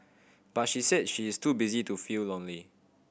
but she said she is too busy to feel lonely